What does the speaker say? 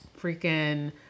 freaking